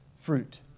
fruit